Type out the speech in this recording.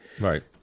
right